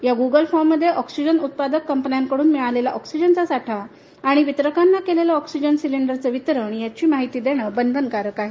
या गुगल फॉर्ममध्ये ऑक्सिजन उत्पादक कंपन्यांकडून मिळालेला ऑक्सिजनचा साठा आणि वितरकांना केलेले ऑक्सिजन सिलिंडरचे वितरण याची माहिती देणे बंधनकारक आहे